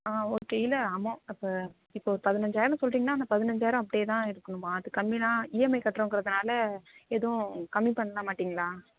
ஆ okay இல்லை அமௌ அப்போ இப்போ ஒரு பதினைஞ்சாயிரம் சொல்கிறீங்கன்னா அந்த பதினைஞ்சாயிரம் அப்படியேதான் இருக்கணுமா அது கம்மியெல்லாம் இஎம்ஐ கட்டுறோங்கிறதுனால எதுவும் கம்மி பண்ண மாட்டீங்களா